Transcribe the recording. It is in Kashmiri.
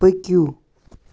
پٔکِو